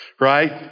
right